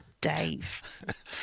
Dave